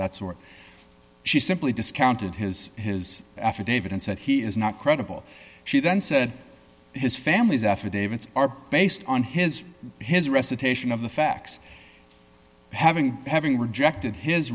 that sort she simply discounted his his affidavit and said he is not credible she then said his family's affidavits are based on his his recitation of the facts having having rejected his